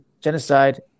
genocide